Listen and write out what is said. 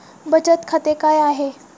बचत खाते काय आहे?